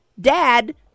dad